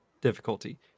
difficulty